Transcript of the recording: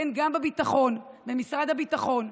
כן, גם בביטחון, במשרד הביטחון,